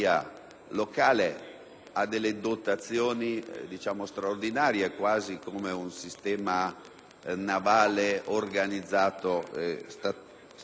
di dotazioni straordinarie, quasi come un sistema navale organizzato statualmente.